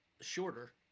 shorter